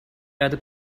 had